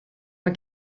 mae